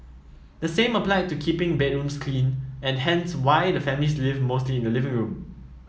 the same applied to keeping bedrooms clean and hence why the family lived mostly in the living room